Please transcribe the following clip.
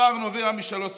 הפער נובע משלוש סיבות: